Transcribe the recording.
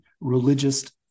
religious